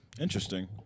Interesting